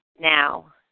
now